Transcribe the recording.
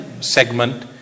Segment